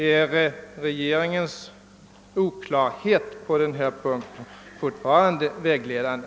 Är regeringens oklarhet på denna punkt fortfarande kvarstående?